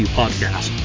podcast